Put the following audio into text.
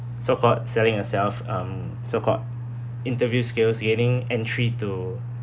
so-called selling yourself um so-called interview skills gaining entry to